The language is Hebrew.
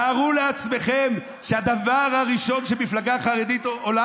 תארו לעצמכם שהדבר הראשון של מפלגה חרדית שעולה